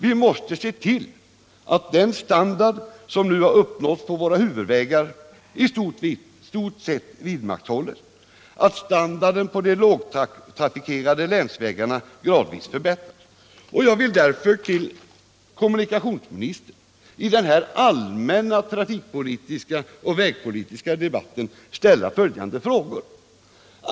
Vi måste se till att den standard som nu har uppnåtts på våra huvudvägar i stort sett bibehålls, att standarden på de lågtrafikerade länsvägarna gradvis förbättras. Jag vill därför till kommunikationsministern vid den här allmänna trafikpolitiska och vägpolitiska debatten ställa följande frågor: 1.